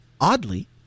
Oddly